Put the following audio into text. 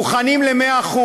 מוכנים ל-100%.